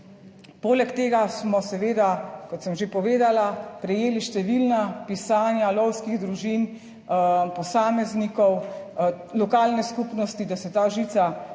poleg tega smo seveda, kot sem že povedala, prejeli številna pisanja lovskih družin, posameznikov, lokalne skupnosti, da se ta žica čim